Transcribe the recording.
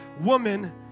woman